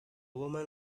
woman